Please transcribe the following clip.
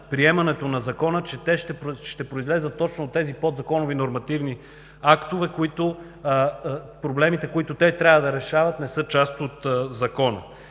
приемането на Закона, че ще произлязат точно от тези подзаконови нормативни актове и проблемите, които те трябва да решават, не са част от Закона.